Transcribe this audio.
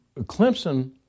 Clemson